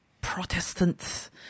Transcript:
Protestants